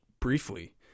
briefly